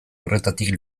horretatik